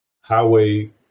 Highway